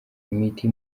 imiti